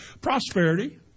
Prosperity